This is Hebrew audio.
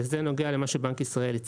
וזה נוגע למה שהציע בנק ישראל.